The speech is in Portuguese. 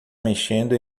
mexendo